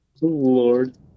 Lord